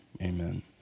amen